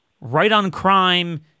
right-on-crime